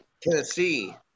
Tennessee